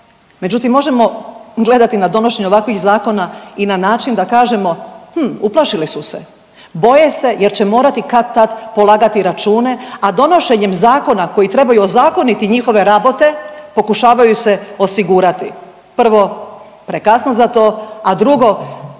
Međutim, možemo gledati na donošenje ovakvih zakona i na način da kažemo, hm uplašili su se, boje se jer će morati kad-tad polagati račune, a donošenjem zakona koji trebaju ozakoniti njihove rabote pokušavaju se osigurati. Prvo, prekasno za to, a drugo, uvjerena